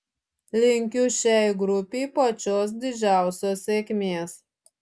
linkiu šiai grupei pačios didžiausios sėkmės